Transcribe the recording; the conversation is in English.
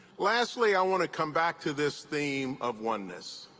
lastly, i want to come back to this theme of oneness.